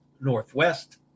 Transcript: northwest